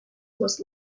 was